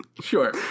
Sure